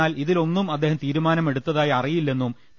എന്നാൽ ഇതിലൊന്നും അദ്ദേഹം തീരുമാനമെടുത്തതായി അറിയി ല്ലെന്നും പി